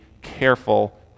careful